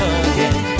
again